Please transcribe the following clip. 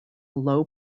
low